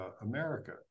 America